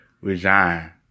resign